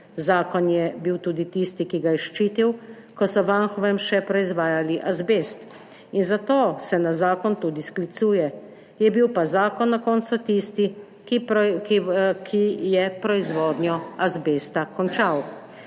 Zakon je bil tudi tisti, ki ga je ščitil, ko so v Anhovem še proizvajali azbest, in zato se na zakon tudi sklicuje. Je pa bil zakon na koncu tisti, ki je proizvodnjo azbesta končal.